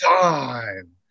time